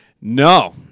No